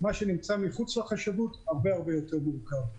מה שנמצא מחוץ לחשבות הרבה הרבה יותר מורכב.